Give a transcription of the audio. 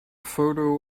photo